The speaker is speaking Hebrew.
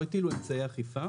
לא הטילו אמצעי אכיפה